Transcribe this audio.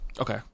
Okay